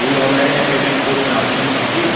এই অনলাইন এ পেমেন্ট করছেন আপনি কি খুশি?